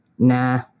Nah